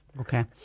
Okay